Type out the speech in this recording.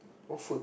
what food